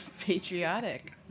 patriotic